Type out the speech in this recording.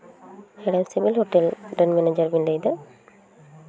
ᱦᱮᱲᱮᱢ civil hotel ᱨᱮᱱ manager ᱵᱮᱱ ᱞᱟᱹᱭᱫᱟ